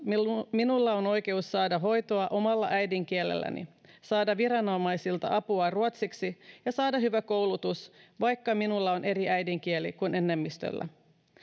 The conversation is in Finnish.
minulla on oikeus saada hoitoa omalla äidinkielelläni saada viranomaisilta apua ruotsiksi ja saada hyvä koulutus vaikka minulla on eri äidinkieli kuin enemmistöllä